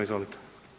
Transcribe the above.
Izvolite.